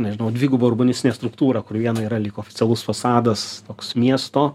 nežinau dviguba urbanistinė struktūra kur viena yra lyg oficialus fasadas toks miesto